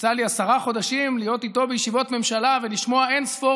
יצא לי עשרה חודשים להיות איתו בישיבות ממשלה ולשמוע אין-ספור